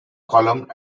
column